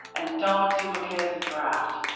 and don't duplicate as a draft.